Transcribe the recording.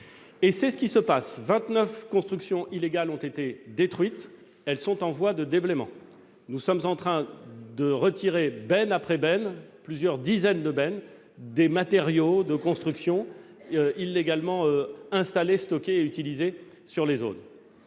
Et c'est ce que nous faisons ! Vingt-neuf constructions illégales ont été détruites ; elles sont en voie de déblaiement. Nous sommes en train de retirer, benne après benne- elles sont plusieurs dizaines, ces bennes -, des matériaux de construction illégalement installés, stockés et utilisés sur les zones.